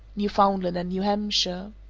newfoundland and new hampshire.